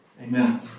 Amen